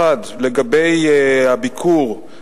1. לגבי הביקור,